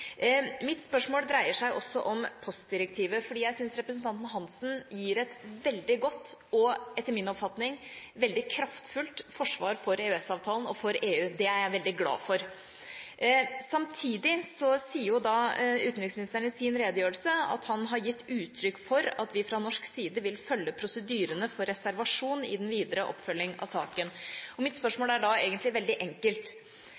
Mitt spørsmål dreier seg også om postdirektivet. Jeg syns representanten Hansen gir et veldig godt og etter min oppfatning veldig kraftfullt forsvar for EØS-avtalen og for EU. Det er jeg veldig glad for. Samtidig sier utenriksministeren i sin redegjørelse at han har gitt uttrykk for at vi fra norsk side vil følge prosedyrene for reservasjon i den videre oppfølging av saken. Mitt